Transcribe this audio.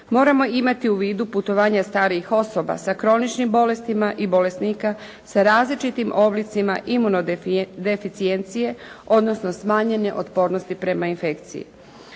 Moramo imati u vidu putovanja starijih osoba sa kroničnim bolestima i bolesnika sa različitim oblicima imunodeficijencije, odnosno smanjene otpornosti prema infekciji.